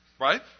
Right